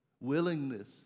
willingness